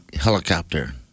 helicopter